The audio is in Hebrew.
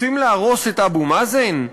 רוצים להרוס את אבו מאזן?